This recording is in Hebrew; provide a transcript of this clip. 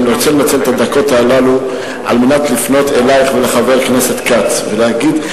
אני רוצה לנצל את הדקות האלה כדי לפנות אלייך ואל חבר הכנסת כץ ולהגיד,